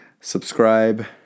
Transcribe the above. subscribe